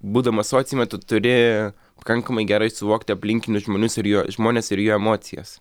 būdamas sociume tu turi pakankamai gerai suvokti aplinkinius žmonius ir jų žmones ir jų emocijas